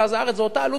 זה אותה עלות בנייה,